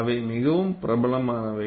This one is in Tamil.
அவை மிகவும் பிரபலமானவை